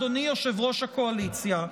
אדוני יושב-ראש הקואליציה,